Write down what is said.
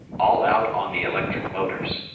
all out on the electric motors.